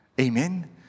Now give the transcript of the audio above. Amen